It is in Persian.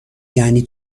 یعنی